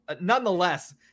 nonetheless